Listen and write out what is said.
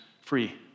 free